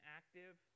active